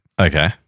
Okay